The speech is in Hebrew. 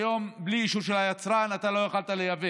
היום בלי אישור של היצרן אתה לא יכול לייבא.